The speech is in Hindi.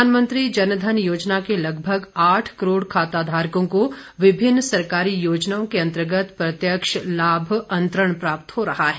प्रधानमंत्री जनधन योजना के लगभग आठ करोड खाता धारकों को विभिन्न सरकारी योजनाओं के अंतर्गत प्रत्यक्ष लाभ अंतरण प्राप्त हो रहा है